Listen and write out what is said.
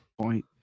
point